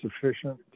sufficient